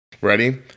Ready